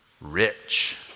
rich